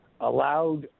allowed